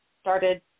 started